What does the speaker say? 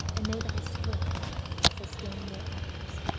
and may thy strength sustain their arms!